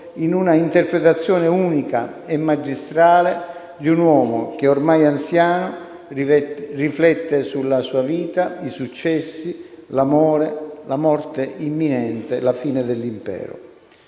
in un'interpretazione unica e magistrale di un uomo che, ormai anziano, riflette sulla sua vita, i successi, l'amore, la morte imminente, la fine dell'impero.